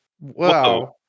Wow